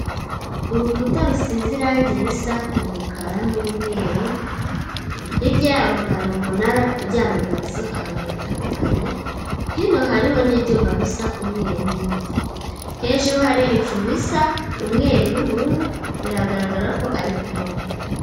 Urukuta rusize irange risa umukara n'umweru hirya yaho hari umunara ujyana amarezo ahantu hatandukanye, hino hariho n'ibyuma bisa umweru n'umutuku hejuru hari ibicu bisa umweru n'ubururu biragaragara ko ari ku manywa.